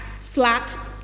flat